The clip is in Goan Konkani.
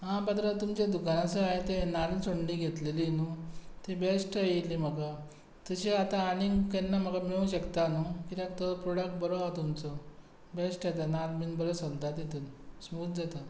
आ पात्रांव तुमच्या दुकानासून हांव तें नान सुंडी घेतलली न्हू तें बॅश्ट येयलें म्हाका तशीं आतां आनीक केन्ना म्हाका मेळूं शकता न्हू किद्याक तो प्रॉडक्ट बरो आ तुमचो बॅश्ट येता नाल बीन बरे सोलता तितून